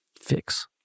fix